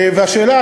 והשאלה,